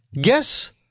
Guess